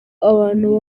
abantu